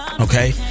okay